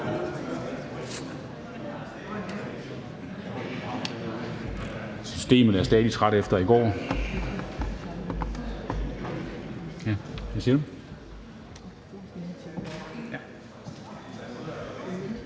Systemet er stadig træt efter i går. Jeg skal lige have